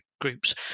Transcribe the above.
groups